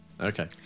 Okay